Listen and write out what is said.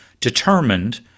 determined